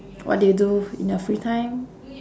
what do you do in your free time